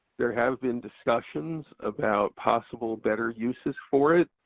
there have been discussions about possible better uses for it,